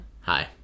Hi